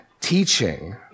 teaching